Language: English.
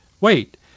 wait